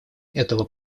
этого